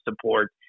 support